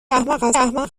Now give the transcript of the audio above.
احمق